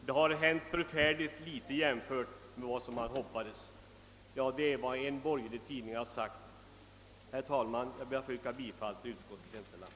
Det har hänt förfärligt litet jämfört med vad som man hoppades.» Detta har en ansedd borgerlig tidning skrivit. Herr talman! Jag ber att få yrka bifall till utskottets hemställan.